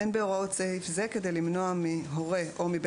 (ד) "אין בהוראות סעיף זה כדי למנוע מהורה או מבן